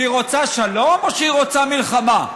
שהיא רוצה שלום או שהיא רוצה מלחמה?